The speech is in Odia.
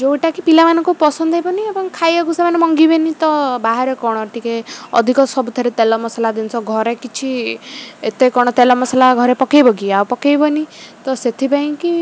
ଯୋଉଟାକି ପିଲାମାନଙ୍କୁ ପସନ୍ଦ ହେବନି ଏବଂ ଖାଇବାକୁ ସେମାନେ ମଙ୍ଗିବେନି ତ ବାହାରେ କ'ଣ ଟିକେ ଅଧିକ ସବୁଥିରେ ତେଲ ମସଲା ଜିନିଷ ଘରେ କିଛି ଏତେ କ'ଣ ତେଲ ମସଲା ଘରେ ପକେଇବକି ଆଉ ପକେଇବନି ତ ସେଥିପାଇଁକି